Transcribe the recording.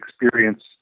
experience